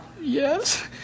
Yes